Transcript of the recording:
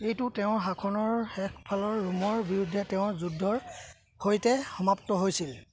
এইটো তেওঁৰ শাসনৰ শেষৰফালৰ ৰোমৰ বিৰুদ্ধে তেওঁৰ যুদ্ধৰ সৈতে সমাপ্ত হৈছিল